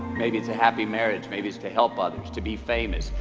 maybe it's a happy marriage. maybe it's to help others to be famous,